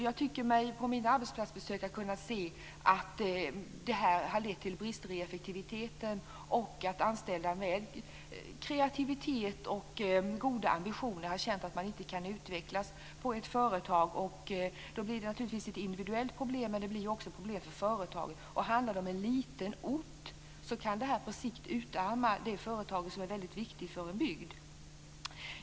Jag tycker mig på mina arbetsplatsbesök ha kunnat se att det här har lett till brister i effektiviteten och att anställda med kreativitet och goda ambitioner har känt att de inte kan utvecklas på ett företag. Då blir det naturligtvis ett individuellt problem, men det blir också problem för företaget. Om det handlar om en liten ort kan det här på sikt utarma det företag som är väldigt viktigt för en bygd.